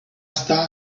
estar